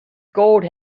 gold